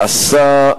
עשה,